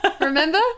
Remember